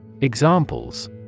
Examples